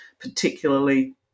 particularly